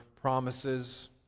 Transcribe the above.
promises